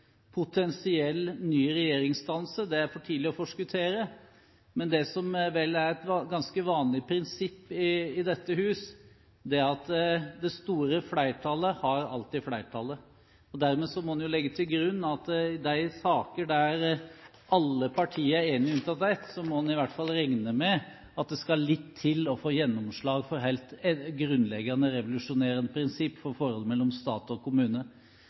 potensiell ny regjeringsdannelse, er for tidlig å forskuttere, men det som vel er et ganske vanlig prinsipp i dette hus, er at det store flertallet alltid har flertallet. Dermed må en jo legge til grunn at i de saker der alle partier er enige, unntatt ett, må en i hvert fall regne med at det skal litt til å få gjennomslag for helt grunnleggende revolusjonerende prinsipper for forholdet mellom stat og kommune.